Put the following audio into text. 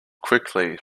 quickly